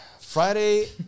Friday